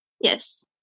Yes